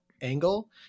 angle